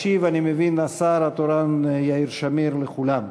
ישיב, אני מבין, השר התורן יאיר שמיר, לכולם.